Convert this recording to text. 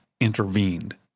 intervened